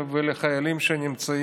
חברת הכנסת